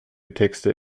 texte